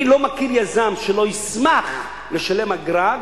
אני לא מכיר יזם שלא ישמח לשלם אגרה,